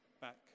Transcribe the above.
back